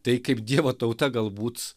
tai kaip dievo tauta galbūt